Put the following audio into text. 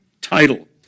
title